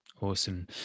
Awesome